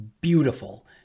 beautiful